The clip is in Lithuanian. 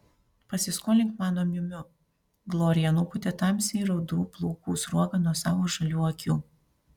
pasiskolink mano miu miu glorija nupūtė tamsiai rudų plaukų sruogą nuo savo žalių akių